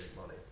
money